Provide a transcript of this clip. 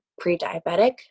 pre-diabetic